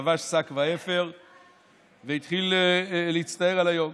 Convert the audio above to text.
לבש שק ואפר והתחיל להצטער על היום.